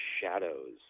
shadows